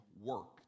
work